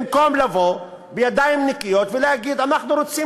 במקום לבוא בידיים נקיות ולהגיד: אנחנו רוצים